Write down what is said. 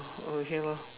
okay lor